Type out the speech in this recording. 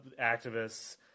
activists